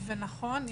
נכון,